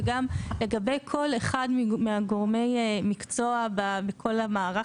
וגם לגבי כל אחד מגורמי המקצוע בכל המערך